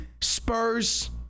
Spurs